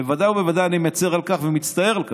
בוודאי ובוודאי אני מצר על כך ומצטער על כך.